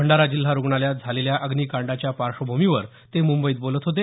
भंडारा जिल्हा रुग्णालयात झालेल्या अग्निकांडाच्या पार्श्वभूमीवर ते मुंबईत बोलत होते